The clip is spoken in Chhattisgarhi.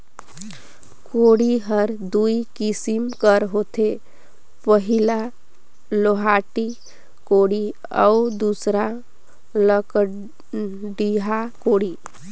कोड़ी हर दुई किसिम कर होथे पहिला लोहाटी कोड़ी अउ दूसर लकड़िहा कोड़ी